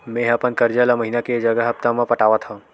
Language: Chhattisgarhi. मेंहा अपन कर्जा ला महीना के जगह हप्ता मा पटात हव